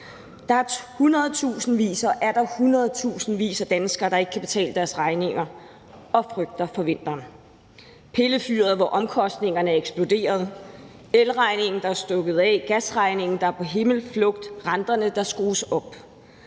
og atter hundredtusindvis af danskere, der ikke kan betale deres regninger, og som frygter for vinteren. Der er pillefyret, hvor omkostningerne er eksploderet, elregningen, der er stukket af, gasregningen, der er på himmelflugt, og der er renterne, der skrues op.